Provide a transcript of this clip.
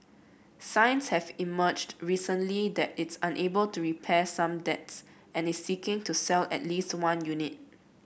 signs have emerged recently that it's unable to repay some debts and is seeking to sell at least one unit